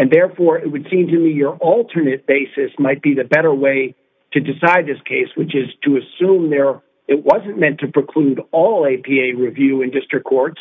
and therefore it would seem to your alternate basis might be the better way to decide this case which is to assume there are it wasn't meant to preclude all a p a review and district courts